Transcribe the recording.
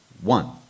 one